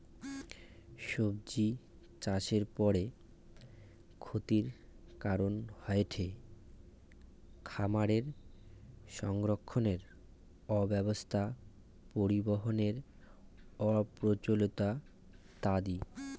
সব্জিচাষের পরের ক্ষতির কারন হয়ঠে খামারে সংরক্ষণের অব্যবস্থা, পরিবহনের অপ্রতুলতা ইত্যাদি